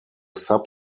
sub